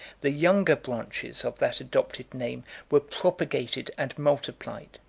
the younger branches of that adopted name were propagated and multiplied.